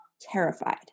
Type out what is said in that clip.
terrified